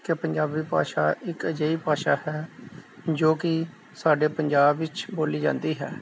ਕਿ ਪੰਜਾਬੀ ਭਾਸ਼ਾ ਇੱਕ ਅਜਿਹੀ ਭਾਸ਼ਾ ਜੋ ਕਿ ਸਾਡੇ ਪੰਜਾਬ ਵਿੱਚ ਬੋਲੀ ਜਾਂਦੀ ਹੈ